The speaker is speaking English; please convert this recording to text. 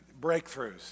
Breakthroughs